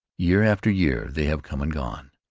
year after year they have come and gone.